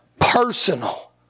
personal